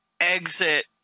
exit